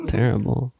Terrible